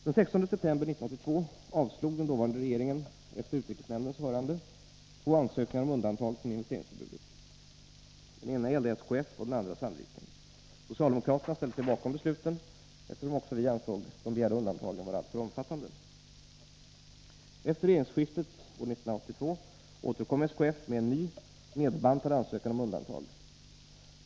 Den 16 september 1982 avslog den dåvarande regeringen — efter utrikesnämndens hörande — två ansökningar om undantag från investeringsförbu det. Den ena gällde AB SKF och den andra Sandvik AB. Socialdemokraterna ställde sig bakom besluten eftersom även vi ansåg de begärda undantagen vara alltför omfattande. Efter regeringsskiftet år 1982 återkom AB SKF med en ny, nedbantad ansökan om undantag.